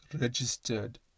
registered